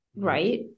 right